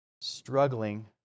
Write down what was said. struggling